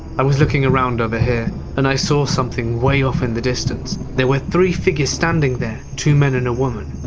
i was looking around over here and i saw something way off in the distance. there were three figures standing there. two men and a woman.